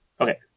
Okay